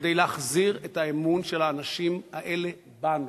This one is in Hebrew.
כדי להחזיר את האמון של האנשים האלה בנו,